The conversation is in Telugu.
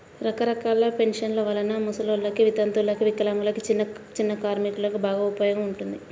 రకరకాల పెన్షన్ల వలన ముసలోల్లకి, వితంతువులకు, వికలాంగులకు, చిన్నచిన్న కార్మికులకు బాగా ఉపయోగం ఉంటుంది